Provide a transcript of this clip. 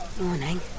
Morning